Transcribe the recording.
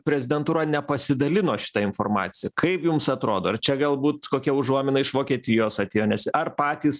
prezidentūra nepasidalino šita informacija kaip jums atrodo ar čia galbūt kokia užuomina iš vokietijos atėjo nes ar patys